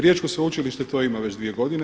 Riječko sveučilište to ima već dvije godine.